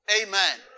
Amen